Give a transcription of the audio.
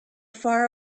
far